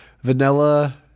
vanilla